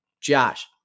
Josh